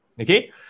Okay